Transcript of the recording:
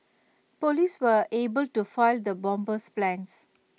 Police were able to foil the bomber's plans